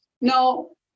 No